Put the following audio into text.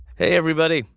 hey everybody.